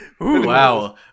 Wow